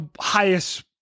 highest